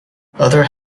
other